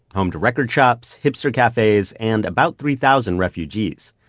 home to record shops, hipster cafes, and about three thousand refugees,